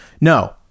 No